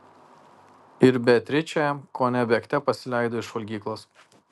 ir beatričė kone bėgte pasileido iš valgyklos